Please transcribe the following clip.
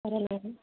సరే మేడం